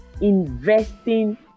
investing